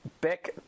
Back